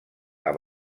amb